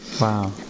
Wow